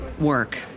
work